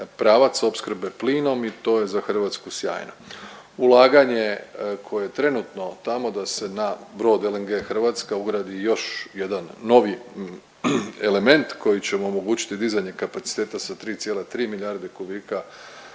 pravac opskrbe plinom i to je za Hrvatsku sjajno. Ulaganje koje je trenutno tamo da se na brod LNG Hrvatska ugradi još jedan novi element koji će mu omogućiti dizanje kapaciteta sa 3,3 milijarde kubika